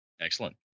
Excellent